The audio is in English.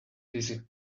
dizzy